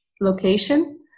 location